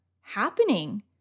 happening